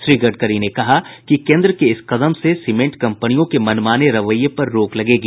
श्री गडकरी ने कहा कि केंद्र के इस कदम से सीमेंट कंपनियों के मनमाने रवैये पर रोक लगेगी